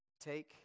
Take